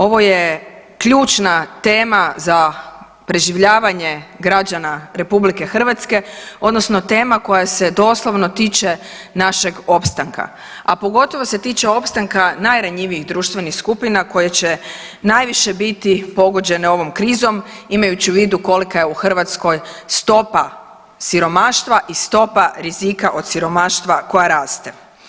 Ovo je ključna tema za preživljavanje građana Republike Hrvatske, odnosno tema koja se doslovno tiče našeg opstanka, a pogotovo se tiče opstanka najranjivijih društvenih skupina koje će najviše biti pogođene ovom krizom imaju u vidu kolika je u Hrvatskoj stopa siromaštva i stopa rizika od siromaštva koja raste.